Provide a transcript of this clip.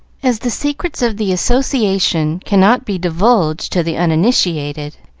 as the secrets of the association cannot be divulged to the uninitiated,